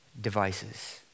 devices